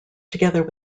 together